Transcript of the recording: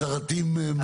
שרתים?